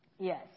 Yes